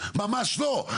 ממש לא,